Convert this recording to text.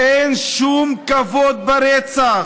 אין שום כבוד ברצח,